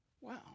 Wow